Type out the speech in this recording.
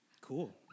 Cool